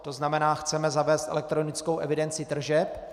To znamená, chceme zavést elektronickou evidenci tržeb.